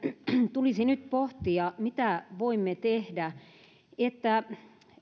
tulisi nyt pohtia mitä voimme tehdä että